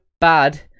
bad